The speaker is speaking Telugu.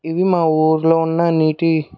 ఇవి మా ఊర్లో ఉన్న నీటి